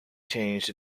changed